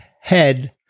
head